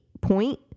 point